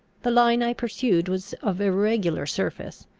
the line i pursued was of irregular surface,